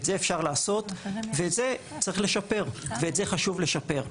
את זה אפשר לעשות ואת זה צריך לשפר ואת זה חשוב לשפר.